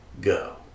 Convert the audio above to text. go